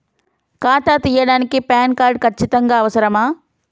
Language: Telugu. ఖాతా తీయడానికి ప్యాన్ కార్డు ఖచ్చితంగా అవసరమా?